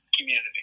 community